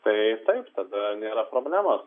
tai taip tada nėra problemos